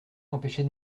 m’empêcher